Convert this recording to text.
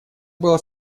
было